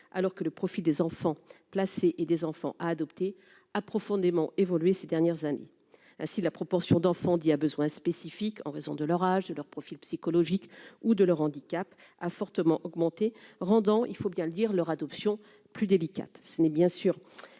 alors que le profit des enfants placés et des enfants, a adopté a profondément évolué ces dernières années, ainsi la proportion d'enfants dits à besoins spécifiques en raison de l'orage de leur profil psychologique ou de leur handicap, a fortement augmenté, rendant il faut bien le dire, leur adoption plus délicate,